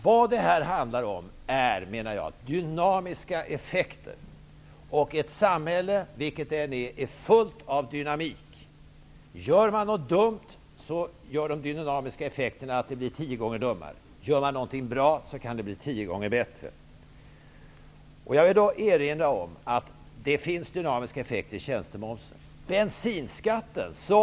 Vad detta handlar om är dynamiska effekter. Vilket samhälle det än är fråga om, är det fullt av dynamik. Gör man någonting dumt medför de dynamiska effekterna att det blir tio gånger dummare. Gör man någonting bra, kan det bli tio gånger bättre. Jag vill erinra om att det finns dynamiska effekter i tjänstemomsen.